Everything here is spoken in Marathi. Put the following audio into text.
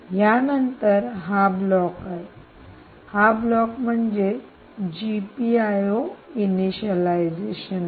यानंतर हा ब्लॉक आहे हा ब्लॉक म्हणजे जीपीआयओ इनिशियलायझेशन आहे